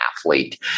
athlete